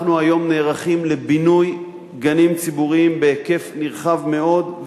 אנחנו היום נערכים לבינוי גנים ציבוריים בהיקף נרחב מאוד,